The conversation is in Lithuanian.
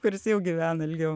kuris jau gyvena ilgiau